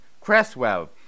cresswell